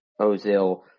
Ozil